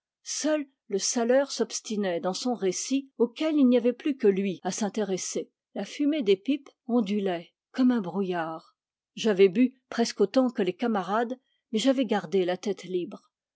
seul le saleur s'obstinait dans son récit auquel il n'y avait plus que lui à s'intéresser la fumée des pipes ondulait comme un brouillard j'avais bu presque autant que les camarades mais j'avais gardé la tête libre